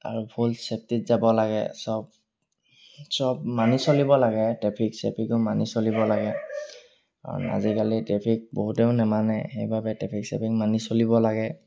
আৰু ফুল ছেফটিত যাব লাগে চব চব মানি চলিব লাগে ট্ৰেফিক ছেফিকো মানি চলিব লাগে কাৰণ আজিকালি ট্ৰেফিক বহুতেও নেমানে সেইবাবে ট্ৰেফিক ছেফিক মানি চলিব লাগে